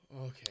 Okay